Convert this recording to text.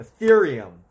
Ethereum